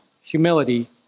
humility